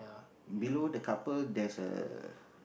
below the couple there's a